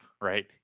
right